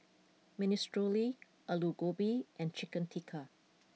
Minestrone Alu Gobi and Chicken Tikka